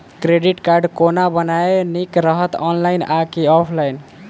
Credit card कोना बनेनाय नीक रहत? ऑनलाइन आ की ऑफलाइन?